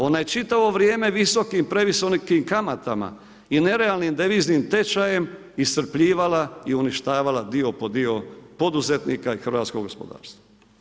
Ona je čitavo vrijeme visokim i previsokim kamatama i nerealnim deviznim tečajem iscrpljivala i uništavala dio po dio poduzetnika i hrvatskog gospodarstva.